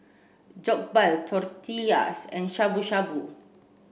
Jokbal Tortillas and Shabu Shabu